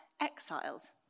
exiles